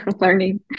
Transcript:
learning